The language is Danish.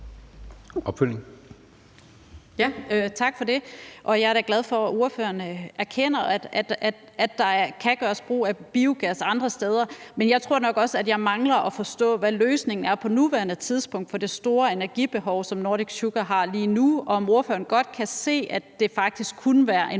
jeg er da glad for, at ordføreren erkender, at der kan gøres brug af biogas andre steder. Men jeg tror nok også, at jeg mangler at forstå, hvad løsningen på nuværende tidspunkt er på det store energibehov, som Nordic Sugar har lige nu, og om ordføreren godt kan se, at det faktisk kunne være en